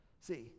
See